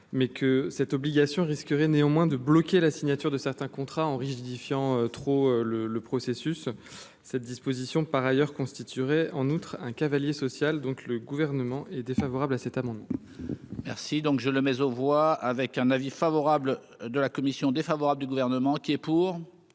mais que cette obligation risquerait néanmoins de bloquer la signature de certains contrats Henri édifiant trop le le processus cette disposition par ailleurs constituerait en outre un cavalier social donc, le gouvernement est défavorable à cet amendement. Merci donc je le mets aux voix avec un avis favorable de la commission défavorable du gouvernement qui est pour.